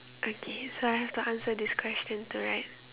okay so I have to answer this question too right